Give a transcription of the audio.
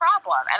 problem